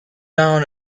down